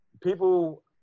people